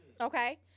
okay